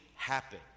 happen